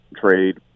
trade